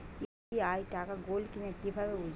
UPI টাকা গোল কিনা কিভাবে বুঝব?